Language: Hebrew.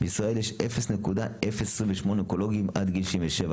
בישראל יש 0.028 אונקולוגים עד גיל 67,